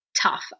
tough